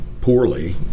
poorly